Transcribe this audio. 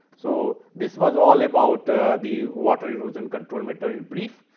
so, this was all about the water erosion control matter in brief.